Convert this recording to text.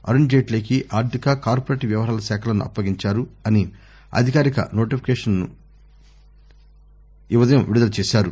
అరుణ్ జైట్లీకి ఆర్థిక కార్పొరేట్ వ్యవహారాల శాఖలను అప్పగించారు అని అధికారిక నోటిఫికేషన్ను ఈ ఉదయం విడుదల చేశారు